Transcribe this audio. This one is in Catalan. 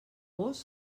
gos